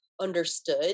understood